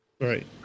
Right